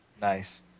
Nice